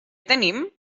tenim